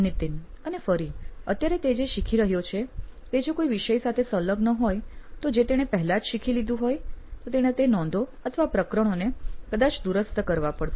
નીતિન અને ફરી અત્યારે તે જે શીખી રહ્યો છે તે જો કોઈ વિષય સાથે સંલગ્ન હોય જે તેણે પહેલા જ શીખી લીધો હોય તો તેણે નોંધો અથવા પ્રકરણોને કદાચ દુરસ્ત કરવા પડશે